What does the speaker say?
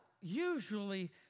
usually